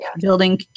building